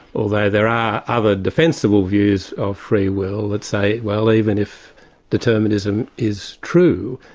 although there are other defensible views of free will that say, well, even if determinism is true,